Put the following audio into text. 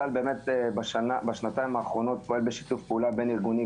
צה"ל באמת בשנתיים האחרונות פועל בשיתוף פעולה בין-ארגוני,